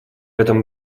этом